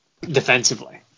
defensively